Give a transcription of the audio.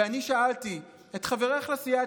ואני שאלתי את חברך לסיעה,